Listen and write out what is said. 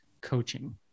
Coaching